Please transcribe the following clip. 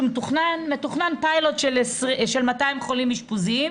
שמתוכנן פיילוט של 200 חולים אשפוזיים,